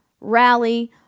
rally